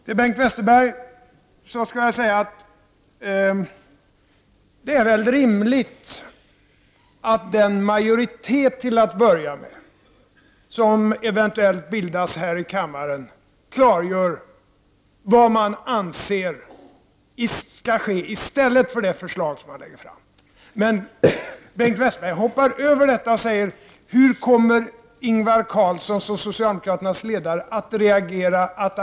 Till Bengt Westerberg vill jag säga att det väl är rimligt att den majoritet som eventuellt bildas här i kammaren klargör vad den anser skall genomföras i stället för det förslag som vi lägger fram. Bengt Westerberg hoppar över detta resonemang och frågar: Hur kommer Ingvar Carlsson som socialdemokraternas ledare att agera sedan?